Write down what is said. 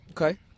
Okay